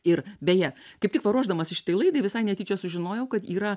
ir beje kaip tik va ruošdamasi šitai laidai visai netyčia sužinojau kad yra